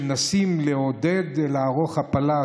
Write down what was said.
שמנסים לעודד לערוך הפלה,